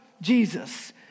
Jesus